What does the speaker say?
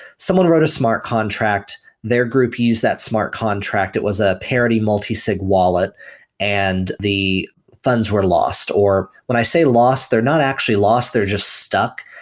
someone wrote a smart contract, their group used that smart contract. it was a parody multisig wallet and the funds were lost, or when i say lost, they're not actually lost, they're just stuck.